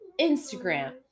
Instagram